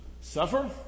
suffer